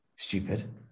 Stupid